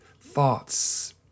thoughts